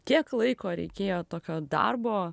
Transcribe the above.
kiek laiko reikėjo tokio darbo